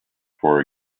for